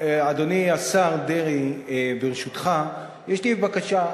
אדוני השר דרעי, ברשותך, יש לי בקשה.